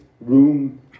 room